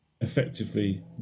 effectively